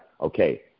Okay